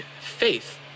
faith